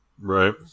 Right